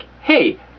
hey